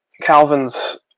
Calvin's